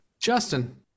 Justin